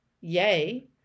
Yay